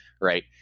right